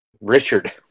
Richard